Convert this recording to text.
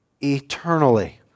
eternally